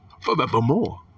forevermore